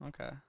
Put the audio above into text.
okay